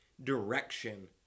direction